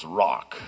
rock